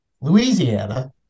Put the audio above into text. Louisiana